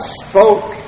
spoke